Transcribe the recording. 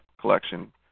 Collection